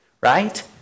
right